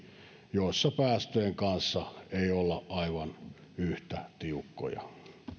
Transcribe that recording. joissa päästöjen kanssa ei olla tiukkoja